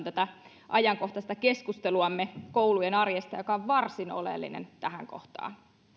tätä ajankohtaista keskusteluamme koulujen arjesta joka on varsin oleellinen tähän kohtaan